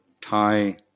Thai